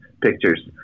pictures